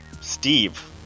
Steve